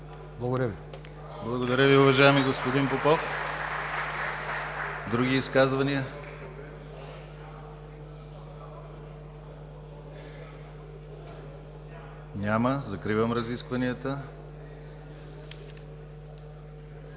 ГЛАВЧЕВ: Благодаря Ви, уважаеми господин Попов. Други изказвания? Няма. Закривам разискванията.